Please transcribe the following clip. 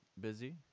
Busy